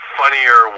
funnier